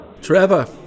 Trevor